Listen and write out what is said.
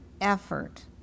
effort